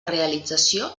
realització